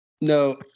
no